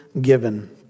given